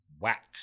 whack